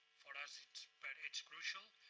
for us it's but it's crucial.